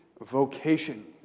Vocation